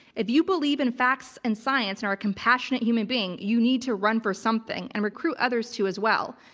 if you believe in facts and science and are a compassionate human being, you need to run for something and recruit others to as well.